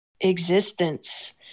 existence